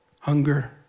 hunger